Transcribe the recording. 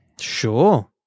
Sure